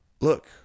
look